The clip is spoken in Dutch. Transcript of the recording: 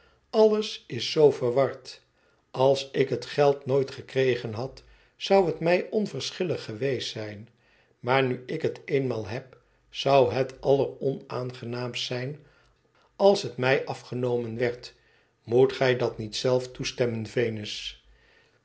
alles is zoo verward als ik het geld nooit gekregen had zou het mij onverschillig geweest zijn maar nu ik het eenmaal heb zou het alleronaangenaamst zijn als het mij afgenomen werd moet gij dat niet zelf toestemmen venus